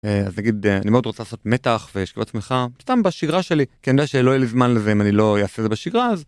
אז נגיד, אני מאוד רוצה לעשות מתח ושכיבות סמיכה, סתם בשגרה שלי, כי אני יודע שלא יהיה לי זמן לזה אם אני לא אעשה את זה בשגרה...